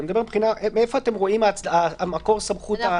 אלא איפה אתם רואים את מקור הסמכות הפורמלית?